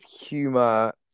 humor